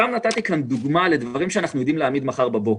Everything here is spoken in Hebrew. נתתי כאן דוגמא לדברים שאנחנו יודעים להעמיד מחר בבוקר: